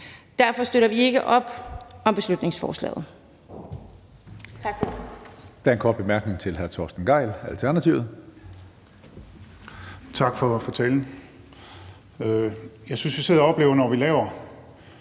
Derfor støtter vi ikke op om beslutningsforslaget.